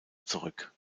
zurück